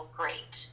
great